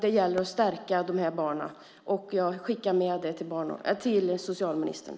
Det gäller att stärka de här barnen. Jag skickar med det till socialministern.